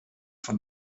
von